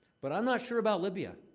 but i'm not sure about libya.